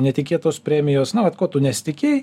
netikėtos premijos na vat ko tu nesitikėjai